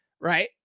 right